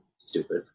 stupid